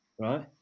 right